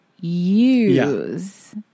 use